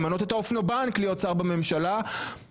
למנות את האופנובנק להיות שר בממשלה וזה